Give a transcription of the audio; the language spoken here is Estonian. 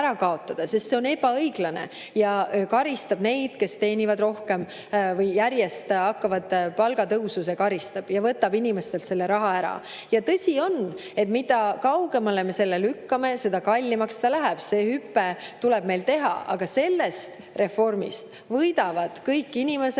sest see on ebaõiglane ja karistab neid, kes teenivad rohkem, või neid, kes hakkavad järjest palgatõusu [saama]. See karistab ja võtab inimestelt selle raha ära. Tõsi on, et mida kaugemale me seda lükkame, seda kallimaks see läheb. See hüpe tuleb meil teha. Sellest reformist võidavad kõik inimesed,